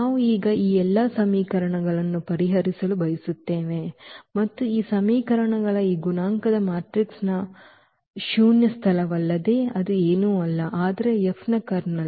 ನಾವು ಈಗ ಈ ಎಲ್ಲ ಸಮೀಕರಣಗಳನ್ನು ಪರಿಹರಿಸಲು ಬಯಸುತ್ತೇವೆ x y z t ಮತ್ತು ಈ ಸಮೀಕರಣಗಳ ಈ ಗುಣಾಂಕದ ಮ್ಯಾಟ್ರಿಕ್ಸ್ನ ಗುಣಾಂಕ ಮ್ಯಾಟ್ರಿಕ್ಸ್ನ ಶೂನ್ಯ ಸ್ಥಳವಲ್ಲದೆ ಅದು ಏನೂ ಅಲ್ಲ ಆದರೆ F ನ ಕರ್ನಲ್